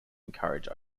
encourage